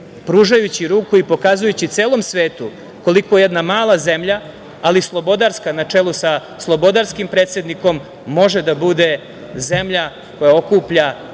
pružajući ruku i pokazujući celom svetu koliko jedna mala zemlja, ali slobodarska, na čelu sa slobodarskim predsednikom može da bude zemlja koja okuplja